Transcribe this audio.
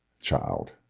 child